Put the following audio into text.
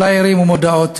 פלאיירים ומודעות,